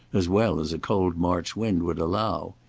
as well as a cold march wind would allow.